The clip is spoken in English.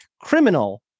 criminal